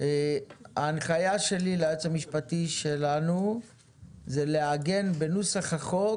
ההנחיה שלי ליועץ המשפטי שלנו זה לעגן בנוסח החוק